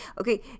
Okay